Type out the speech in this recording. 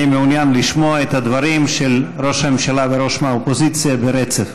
אני מעוניין לשמוע את הדברים של ראש הממשלה וראש האופוזיציה ברצף.